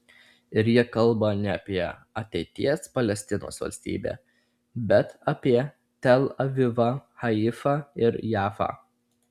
ir jie kalba ne apie ateities palestinos valstybę bet apie tel avivą haifą ir jafą